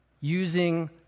using